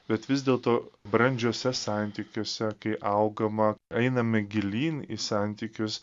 bet vis dėlto brandžiuose santykiuose kai augama einame gilyn į santykius